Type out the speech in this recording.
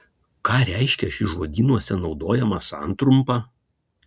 ką reiškia ši žodynuose naudojama santrumpa